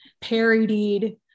parodied